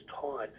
taught